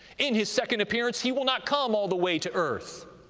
in his second appearance he will not come all the way to earth,